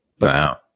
Wow